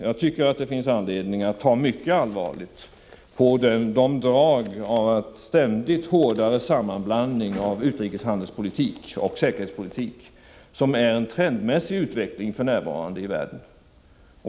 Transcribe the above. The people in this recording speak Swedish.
Jag menar att det finns anledning att ta mycket allvarligt på den ständigt hårdare sammanblandning av utrikeshandelspolitik och säkerhetspolitik som för närvarande är en trendmässig utveckling i världen.